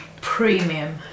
Premium